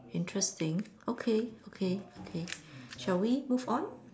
interesting okay okay okay shall we move on